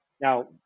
Now